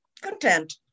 Content